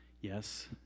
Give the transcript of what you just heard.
Yes